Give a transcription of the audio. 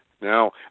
Now